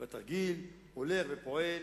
בתרגיל, עולה ופועל.